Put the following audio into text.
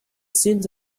seemed